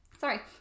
Sorry